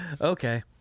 Okay